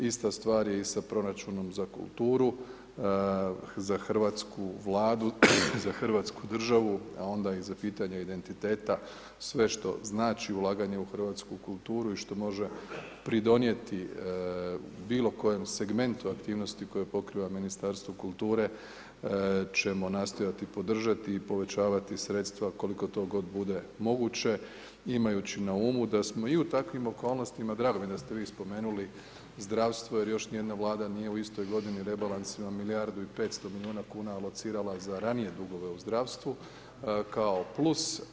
Ista stvar je i sa proračunom za kulturu, za Hrvatsku vladu, za Hrvatsku državu, a onda i za pitanje identiteta, sve što znači ulaganje u hrvatsku kulturu i što može pridonijeti, bilo kojem segmentu, aktivnosti koje pokriva Ministarstvo kulture, ćemo nastojati podržati i povećavati sredstva, koliko to god bude moguće, imajući na umu da smo i u takvim okolnostima, drago mi je da ste vi spomenuli zdravstvo, jer još ni jedna vlada nije u istoj godini, rebalans ima milijardu i 500 milijuna kuna alocirala za ranije dugove u zdravstvu, kao plus.